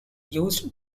used